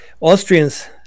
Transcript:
Austrians